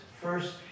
first